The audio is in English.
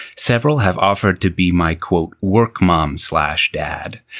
several have offered to be my quote work mom slash dad,